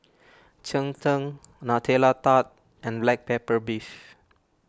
Cheng Tng Nutella Tart and Black Pepper Beef